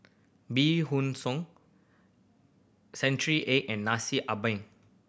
bee hoon century egg and Nasi Ambeng